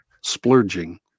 splurging